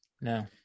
No